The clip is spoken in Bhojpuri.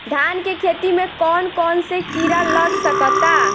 धान के खेती में कौन कौन से किड़ा लग सकता?